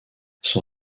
son